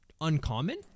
uncommon